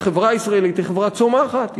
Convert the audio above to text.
החברה הישראלית היא חברה צומחת,